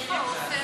איפה עפר?